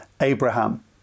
Abraham